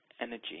Energy